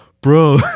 bro